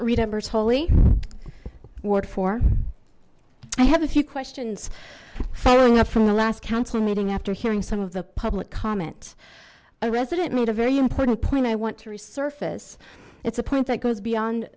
read embers holy work for i have a few questions following up from the last council meeting after hearing some of the public comment a resident made a very important point i want to resurface it's a point that goes beyond